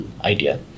idea